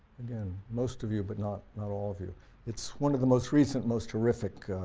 again, most of you, but not not all of you it's one of the most recent, most horrific